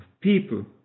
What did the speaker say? people